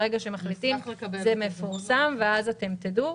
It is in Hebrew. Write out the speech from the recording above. ברגע שמקבלים זה מפורסם ואז אתם תדעו.